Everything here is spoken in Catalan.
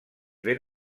ben